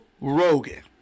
rogan